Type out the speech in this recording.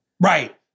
Right